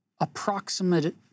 approximate